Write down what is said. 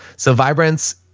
so vibrance,